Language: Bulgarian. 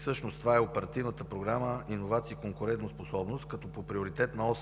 всъщност това е Оперативна програма „Иновации и конкурентоспособност”, като по приоритетна ос